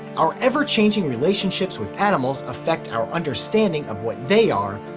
our ever-changing relationships with animals affect our understanding of what they are,